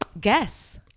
Guess